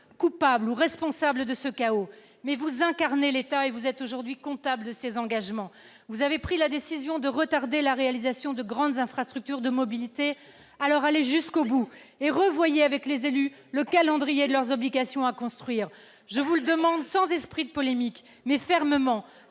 coupable ou responsable de ce chaos. Mais vous incarnez l'État et êtes aujourd'hui comptable de ses engagements. Vous avez pris la décision de retarder la réalisation de grandes infrastructures de mobilité, alors allez jusqu'au bout et revoyez avec les élus le calendrier de leurs obligations à construire. Je vous le demande sans esprit de polémique mais fermement,